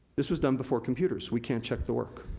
this was done before computers. we can't check the work.